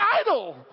idol